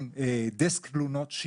מן דסק תלונות,